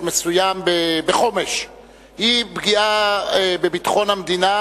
מסוים בחומש היא פגיעה בביטחון המדינה,